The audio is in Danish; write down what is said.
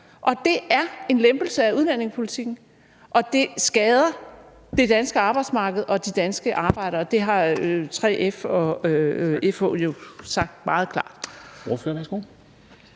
og det er en lempelse af udlændingepolitikken, og det skader det danske arbejdsmarked og de danske arbejdere; det har 3F og FH jo sagt meget klart.